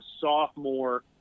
sophomore –